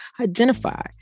identify